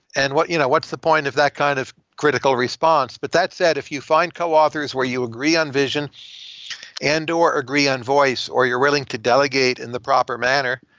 and you know what's the point of that kind of critical response? but that said, if you find co-authors where you agree on vision and or agree on voice or you're willing to delegate in the proper manner,